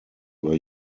were